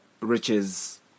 riches